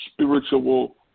spiritual